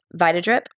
VitaDrip